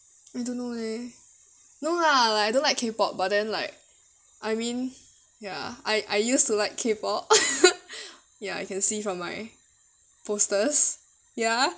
I don't know leh no lah like I don't like k pop but then like I mean ya I I used to like k pop ya you can see from my posters ya